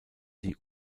die